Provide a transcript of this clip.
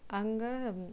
அங்கே